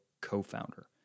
co-founder